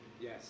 Yes